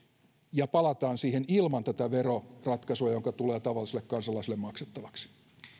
ja palataan siihen ilman tätä veroratkaisua joka tulee tavalliselle kansalaiselle maksettavaksi